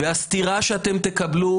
והסטירה שאתם תקבלו